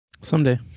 Someday